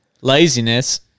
laziness